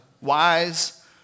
wise